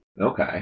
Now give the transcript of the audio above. Okay